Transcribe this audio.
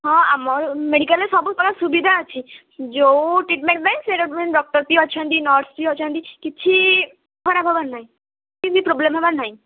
ହଁ ଆମ ମେଡ଼ିକାଲ୍ରେ ସବୁପ୍ରକାର ସୁବିଧା ଅଛି ଯୋଉ ଟ୍ରିଟମେଣ୍ଟ ପାଇଁ ସେଇ ଡ଼କ୍ଟର ବି ଅଛନ୍ତି ନର୍ସ ବି ଅଛନ୍ତି କିଛି ଖରାପ ହେବାର ନାହିଁ କିଛି ବି ପ୍ରୋବ୍ଲେମ୍ ହେବାର ନାହିଁ